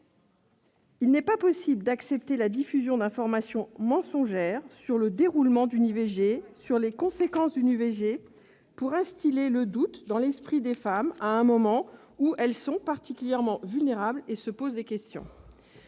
Il n'est pas possible d'accepter la diffusion d'informations mensongères sur le déroulement d'une IVG, sur les conséquences d'une IVG pour instiller le doute dans l'esprit des femmes à un moment où elles sont particulièrement vulnérables et se posent des questions.